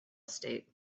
state